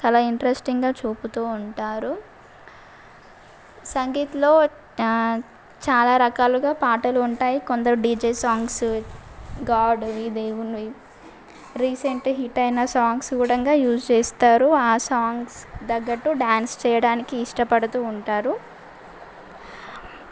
చాలా ఇంట్రెస్టింగ్గా చూపుతూ ఉంటారు సంగీత్లో చాలా రకాలుగా పాటలు ఉంటాయి కొందరు డిజె సాంగ్స్ గాడ్వి దేవునివి రీసెంట్ హిట్ అయిన సాంగ్స్ కూడా యూజ్ చేస్తారు ఆ సాంగ్స్ తగ్గట్టు డాన్స్ చేయడానికి ఇష్టపడుతూ ఉంటారు